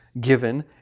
given